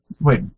Wait